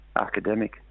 academic